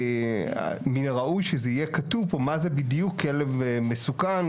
ומין הראוי שיהיה כתוב פה מה זה בדיוק כלב מסוכן,